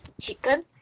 chicken